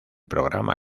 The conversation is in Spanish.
programa